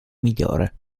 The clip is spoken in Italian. migliore